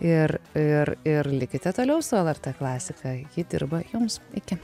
ir ir ir likite toliau su lrt klasika ji dirba jums iki